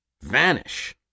Vanish